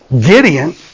Gideon